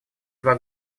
два